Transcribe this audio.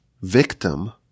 victim